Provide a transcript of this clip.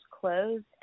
closed